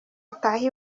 atahe